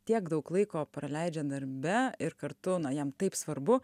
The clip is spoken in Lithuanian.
tiek daug laiko praleidžia darbe ir kartu na jam taip svarbu